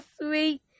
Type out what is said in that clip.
sweet